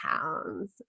pounds